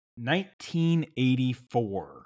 1984